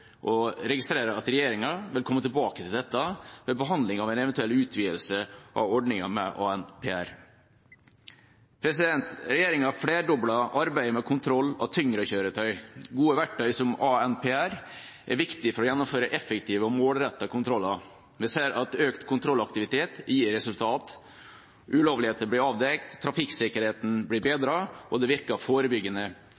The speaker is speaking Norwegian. og jeg registrerer at regjeringa vil komme tilbake til dette ved behandlingen av en eventuell utvidelse av ordningen med ANPR. Regjeringa flerdobler arbeidet med kontroll av tyngre kjøretøy. Gode verktøy som ANPR er viktig for å gjennomføre effektive og målrettede kontroller. Vi ser at økt kontrollaktivitet gir resultat, ulovligheter blir avdekket, trafikksikkerheten blir bedret, og det virker forebyggende.